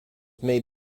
may